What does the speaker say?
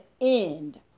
end